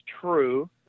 true